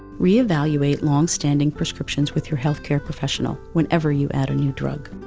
re-evaluate long-standing prescriptions with your health care professional whenever you add a new drug.